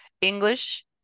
English